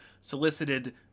solicited